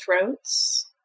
throats